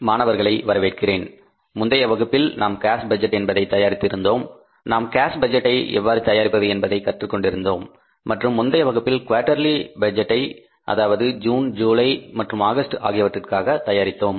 மாணவர்களை வரவேற்கிறேன் முந்தைய வகுப்பில் நாம் கேஸ் பட்ஜெட் என்பதை தயாரித்து இருந்தோம் நாம் கேஸ் பட்ஜெட்டை எவ்வாறு தயாரிப்பது என்பதைப்பற்றி கற்றுக் கொண்டிருந்தோம் மற்றும் முந்தைய வகுப்பில் குவார்டேர்லி பட்ஜெட்டை அதாவது ஜூன் ஜூலை மற்றும் ஆகஸ்ட் ஆகியவற்றிற்காக தயாரித்தோம்